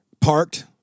parked